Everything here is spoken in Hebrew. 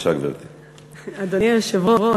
אדוני היושב-ראש,